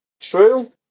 True